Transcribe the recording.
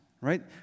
Right